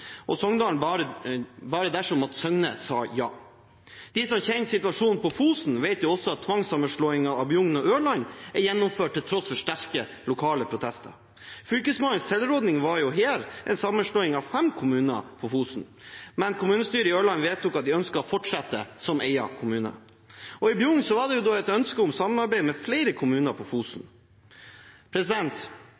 og Songdalen bare dersom Søgne sa ja. De som kjenner situasjonen på Fosen, vet at tvangssammenslåingen av Bjugn og Ørland er gjennomført til tross for sterke lokale protester. Fylkesmannens tilråding var her en sammenslåing av fem kommuner på Fosen, men kommunestyret i Ørland vedtok at de ønsket å fortsette som egen kommune, og i Bjugn var det ønske om samarbeid med flere kommuner på Fosen.